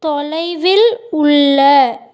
தொலைவில் உள்ள